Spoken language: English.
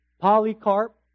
Polycarp